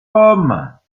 pommes